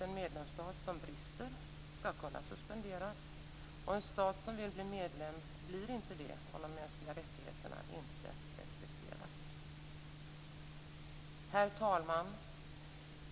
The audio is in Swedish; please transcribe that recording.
En medlemsstat som brister i efterlevnad på dessa punkter skall kunna suspenderas, och en stat som vill bli medlem blir inte det om de mänskliga rättigheterna inte respekteras. Herr talman!